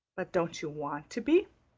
but don't you want to be?